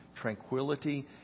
tranquility